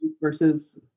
versus